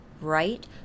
Right